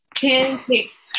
pancakes